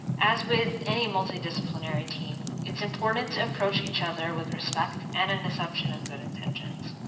as with any multidisciplinary team, it's important to approach each other with respect and an assumption of good intentions.